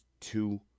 two